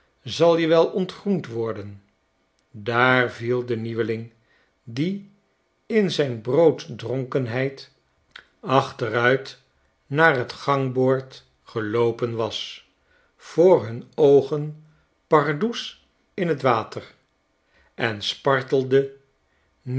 zal je wel ontgroend worden daar viel de nieuweling die in zijn brooddronkenheid achteruit naar t gangboord geloopen was voor hun oogen pardoes in t water en spartelde